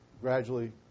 gradually